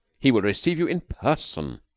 he will receive you in person.